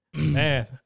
Man